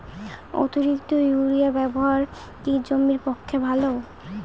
অতিরিক্ত ইউরিয়া ব্যবহার কি জমির পক্ষে ভালো?